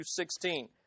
16